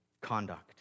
conduct